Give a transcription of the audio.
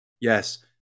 Yes